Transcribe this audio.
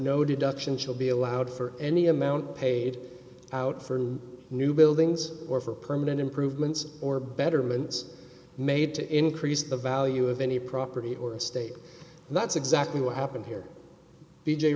no deduction shall be allowed for any amount paid out for new buildings or for permanent improvements or betterments made to increase the value of any property or estate and that's exactly what happened here b